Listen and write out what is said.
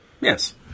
Yes